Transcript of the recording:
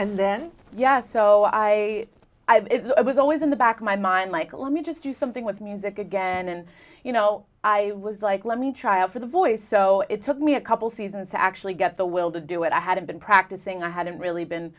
and then yes so i it was always in the back of my mind like let me just do something with music again and you know i was like let me try out for the voice so it took me a couple seasons to actually get the will to do it i had been practicing i hadn't really been